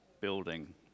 building